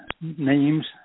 names